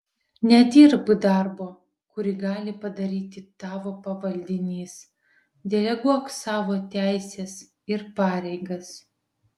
nedirbk darbo kurį gali padaryti tavo pavaldinys deleguok savo teises ir pareigas